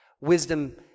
wisdom